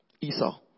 Esau